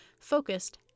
focused